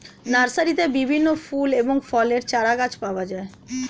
নার্সারিতে বিভিন্ন ফুল এবং ফলের চারাগাছ পাওয়া যায়